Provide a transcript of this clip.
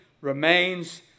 remains